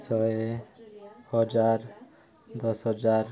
ଶହେ ହଜାର ଦଶ ହଜାର